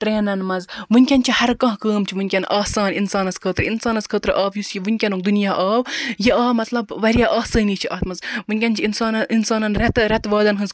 ٹرٮ۪نن منٛز ؤنکٮ۪ن چھُ ہَر کانہہ کٲم چھِ ؤنکٮ۪ن آسان اِنسانَس خٲطرٕ اِنسانَس خٲطرٕ آو یُس یہِ ؤنکٮ۪نُک دُنیاہ آو یہِ آ مطلب واریاہ آسٲنی چھِ اَتھ منٛز ؤنکٮ۪ن چھِ اِنسانن اِنسانن رٮ۪تہٕ وادَن ہنز کٲم چھِ ؤنکٮ۪ن